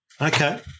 Okay